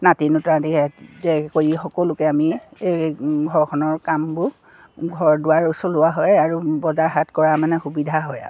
নাতি কৰি সকলোকে আমি এই ঘৰখনৰ কামবোৰ ঘৰ দুৱাৰ চলোৱা হয় আৰু বজাৰ হাত কৰা মানে সুবিধা হয় আৰু